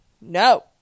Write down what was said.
no